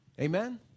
Amen